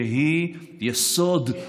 שהיא יסוד,